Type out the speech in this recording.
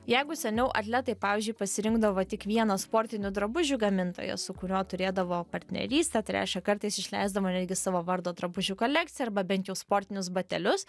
jeigu seniau atletai pavyzdžiui pasirinkdavo tik vieną sportinių drabužių gamintoją su kuriuo turėdavo partnerystę reiškia kartais išleisdavo netgi savo vardo drabužių kolekciją arba bent jau sportinius batelius